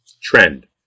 trend